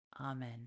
Amen